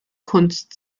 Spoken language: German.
kunst